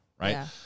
Right